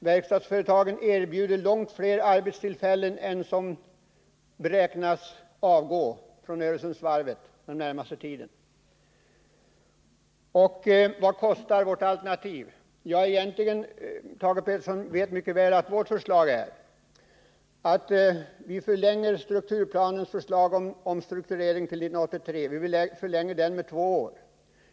Verkstadsföretagen erbjuder långt fler arbetstillfällen än som beräknas avgå från Öresundsvarvet den närmaste tiden. Vad kostar vårt alternativ? Ja, Thage Peterson vet mycket väl att vårt förslag är att förlänga strukturplanens förslag till omstrukturering med två år, Nr 164 dvs. till 1985.